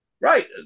Right